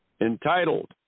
Entitled